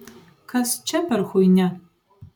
kas čia per chuinia